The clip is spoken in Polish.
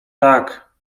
tak